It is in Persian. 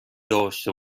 داشته